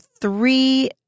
three